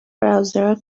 browser